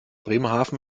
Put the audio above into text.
bremerhaven